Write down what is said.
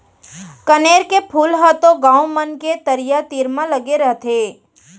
कनेर के फूल ह तो गॉंव मन के तरिया तीर म लगे रथे